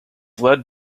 led